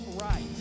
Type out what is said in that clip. right